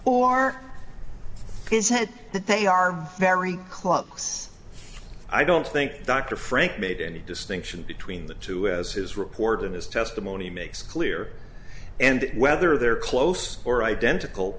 head that they are very clucks i don't think dr frank made any distinction between the two as his report and his testimony makes clear and whether they're close or identical